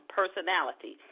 personality